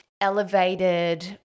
elevated